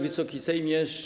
Wysoki Sejmie!